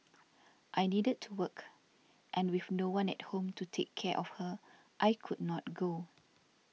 i needed to work and with no one at home to take care of her I could not go